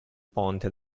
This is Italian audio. ponte